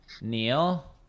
Neil